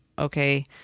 Okay